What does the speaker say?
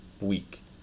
week